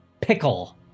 pickle